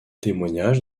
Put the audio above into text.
témoignage